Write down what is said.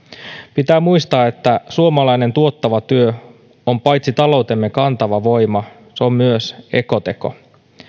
pitää muistaa että suomalainen tuottava työ on paitsi taloutemme kantava voima myös ekoteko